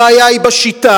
הבעיה היא בשיטה.